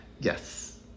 Yes